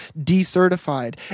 decertified